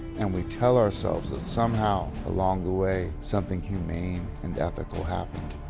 and we tell ourselves that somehow, along the way, something humane and ethical happened.